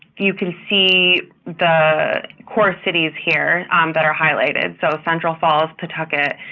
you can see the core cities here that are highlighted, so central falls, pawtucket,